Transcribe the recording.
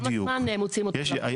כמה זמן מוציאים אותן לפועל?